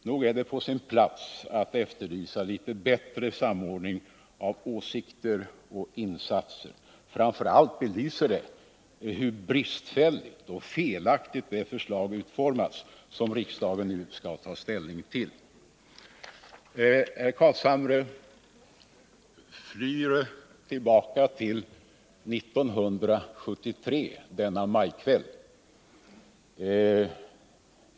Det är på sin plats att efterlysa litet bättre samordning av åsikter och insatser. Framför allt visar detta hur bristfälligt och felaktigt det förslag är utformat som riksdagen nu skall ta ställning till. Herr Carlshamre flyr tillbaka till 1973.